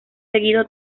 seguido